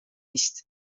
nicht